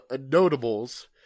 notables